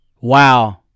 Wow